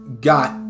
got